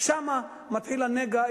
שם מתחיל הנגע,